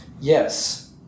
Yes